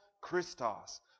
Christos